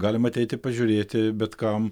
galima ateiti pažiūrėti bet kam